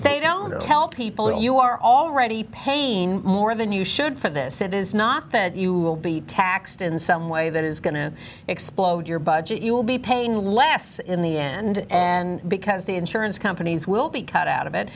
they don't tell people you are already pain more than you should for this it is not that you will be taxed in some way that is going to explode your budget you will be paying less in the end and because the insurance companies will be cut out of it